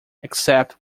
except